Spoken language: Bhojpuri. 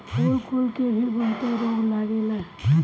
फूल कुल के भी बहुते रोग लागेला